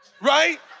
Right